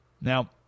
Now